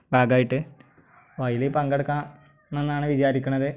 ഭാഗമായിട്ട് അപ്പോൾ അതിൽ പങ്കെടുക്കാം എന്നാണ് വിചാരിക്കുന്നത്